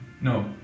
No